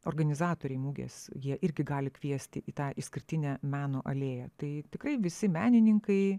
organizatoriai mugės jie irgi gali kviesti į tą išskirtinę meno alėją tai tikrai visi menininkai